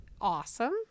awesome